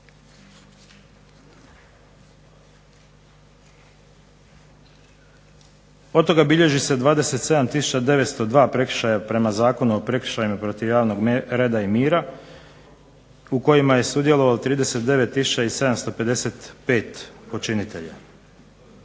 Od toga bilježi se 27 tisuća 902 prekršaja prema Zakonu o prekršajima protiv javnog reda i mira u kojima je sudjelovalo 39 tisuća i 755 počinitelja.